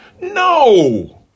No